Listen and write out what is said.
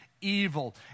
evil